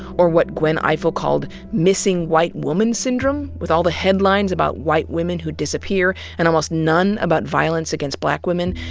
or what gwen ifill called missing white woman syndrome, with all the headlines about white women who disappear and almost none about violence against black women,